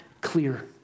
clear